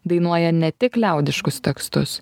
dainuoja ne tik liaudiškus tekstus